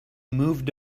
moved